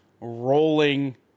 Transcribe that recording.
rolling